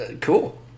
Cool